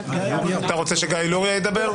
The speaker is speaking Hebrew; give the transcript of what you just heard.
את רוצה שגיא לוריא ידבר?